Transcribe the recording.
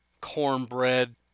cornbread